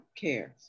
cares